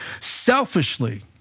selfishly